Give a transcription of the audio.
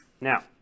now